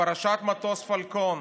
פרשת מטוס הפלקון,